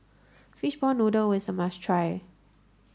fishball noodle is a must try